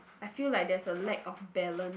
I feel like there's a lack of balance